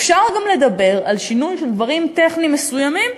אפשר גם לדבר על שינוי של דברים טכניים מסוימים.